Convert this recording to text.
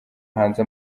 hanze